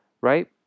right